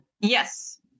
Yes